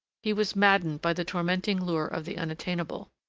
he was maddened by the tormenting lure of the unattainable.